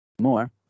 More